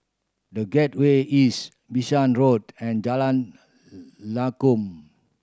The Gateway East Bishan Road and Jalan Lakum